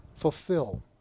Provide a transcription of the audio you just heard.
Fulfill